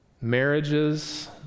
marriages